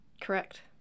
Correct